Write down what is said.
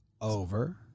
Over